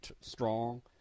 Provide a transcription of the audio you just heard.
strong